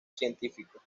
científico